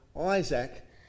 Isaac